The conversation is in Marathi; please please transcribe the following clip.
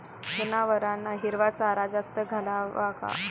जनावरांना हिरवा चारा जास्त घालावा का?